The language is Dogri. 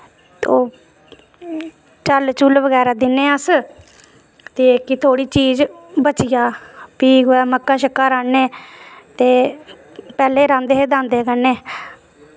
ते झल्ल झुल्ल बगैरा दिन्ने अस ते कि थोह्ड़ी चीज बची जा फ्ही कुतै मक्कां शक्कां रांह्दे ते पैह्लें रांह्दे हे दांदें कन्नै